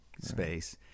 space